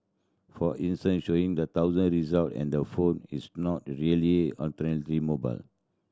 for instance showing the thousand results on the phone is not really authentically mobile